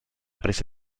prese